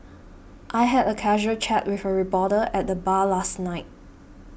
I had a casual chat with a reporter at the bar last night